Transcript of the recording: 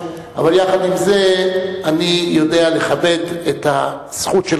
אבל יחד עם זה אני יודע לכבד את הזכות של